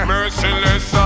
Merciless